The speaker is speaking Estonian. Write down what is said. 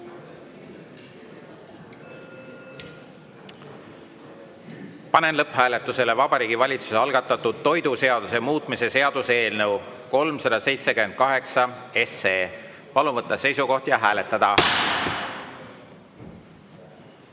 lõpphääletusele Vabariigi Valitsuse algatatud toiduseaduse muutmise seaduse eelnõu 378. Palun võtta seisukoht ja hääletada!